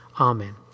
Amen